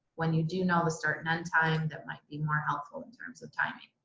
when you do know the start and end time, that might be more helpful in terms of timing.